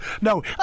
No